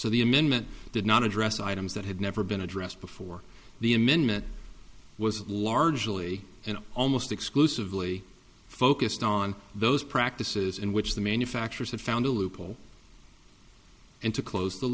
so the amendment did not address items that had never been addressed before the amendment was largely and almost exclusively focused on those practices in which the manufacturers had found a loophole and to close the